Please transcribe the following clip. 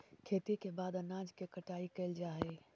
खेती के बाद अनाज के कटाई कैल जा हइ